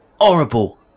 Horrible